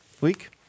Week